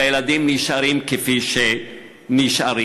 והילדים נשארים כפי שנשארים.